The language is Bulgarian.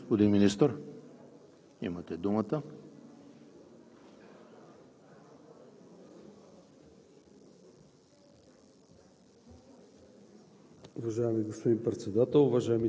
Благодаря. Господин Министър, имате думата